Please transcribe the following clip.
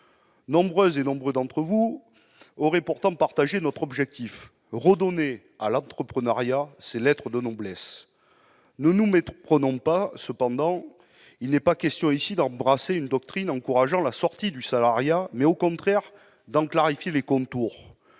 du travail. Nombre d'entre vous auraient d'ailleurs approuvé notre objectif : redonner à l'entrepreneuriat ses lettres de noblesse ! Ne nous méprenons pas. Il n'est pas question ici d'embrasser une doctrine encourageant la sortie du salariat, mais, au contraire, d'en clarifier les contours.